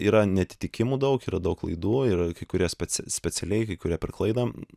yra neatitikimų daug yra daug klaidų ir kai kurias pats specialiai kai kurie per klaidą